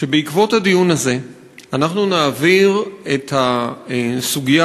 שבעקבות הדיון הזה אנחנו נעביר את הסוגיה